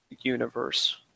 universe